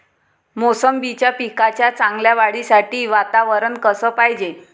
मोसंबीच्या पिकाच्या चांगल्या वाढीसाठी वातावरन कस पायजे?